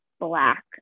black